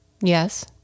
Yes